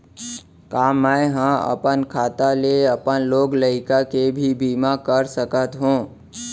का मैं ह अपन खाता ले अपन लोग लइका के भी बीमा कर सकत हो